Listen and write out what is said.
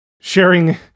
sharing